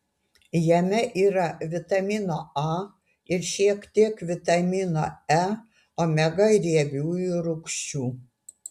jame yra vitamino a ir šiek tiek vitamino e omega riebiųjų rūgščių